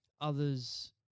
others